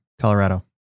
Colorado